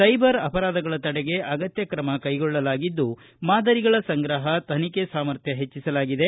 cyber ಅಪರಾಧಗಳ ತಡೆಗೆ ಅಗತ್ಯ ಕ್ರಮ ಕೈಗೊಳ್ಳಲಾಗಿದ್ದು ಮಾದರಿಗಳ ಸಂಗ್ರಹ ತನಿಖೆ ಸಾಮರ್ಥ್ಯ ಹೆಚ್ಚಿಸಲಾಗಿದೆ